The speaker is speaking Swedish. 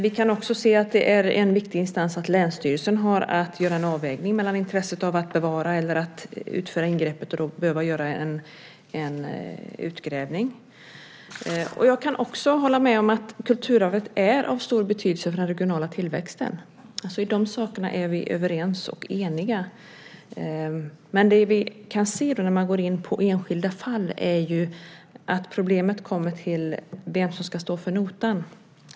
Vi kan också se att länsstyrelsen är en viktig instans som har att göra en avvägning av intresset att bevara eller att utföra ingreppet och då behöva göra en utgrävning. Jag kan också hålla med om att kulturarvet är av stor betydelse för den regionala tillväxten. I de sakerna är vi överens och eniga. Det vi kan se när vi går in på enskilda fall är att problemet är vem som ska stå för notan.